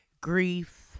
grief